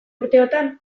urteotan